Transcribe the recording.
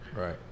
Right